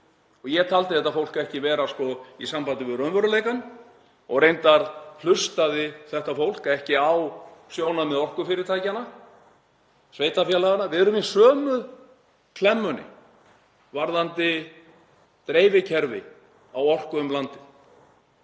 Ég taldi þetta fólk ekki vera í sambandi við raunveruleikann og reyndar hlustaði þetta fólk ekki á sjónarmið orkufyrirtækjanna og sveitarfélaganna. Við erum í sömu klemmunni varðandi dreifikerfi á orku um landið